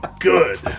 Good